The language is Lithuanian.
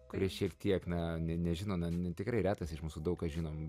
kurie šiek tiek na nežino na tikrai retas iš mūsų daug ką žinom